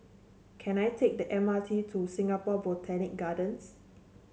can I take the M R T to Singapore Botanic Gardens